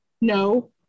No